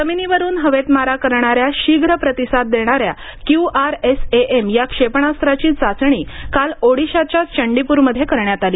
जमिनीवरून हवेत मारा करणाऱ्या शीघ्र प्रतिसाद देणाऱ्या Q R S A M या क्षेपणास्त्राची चाचणी काल ओडिशाच्या चंडीपूरमध्ये करण्यात आली